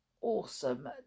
awesome